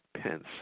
Pence